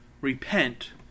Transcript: Repent